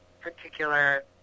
particular